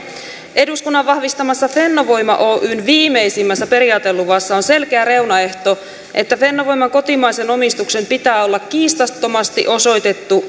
eduskunnan vahvistamassa fennovoima oyn viimeisimmässä periaateluvassa on selkeä reunaehto että fennovoiman kotimaisen omistuksen pitää olla kiistattomasti osoitettu